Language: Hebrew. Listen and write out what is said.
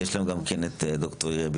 ואליד הגיע לפני, ויש גם את ד"ר ביטון.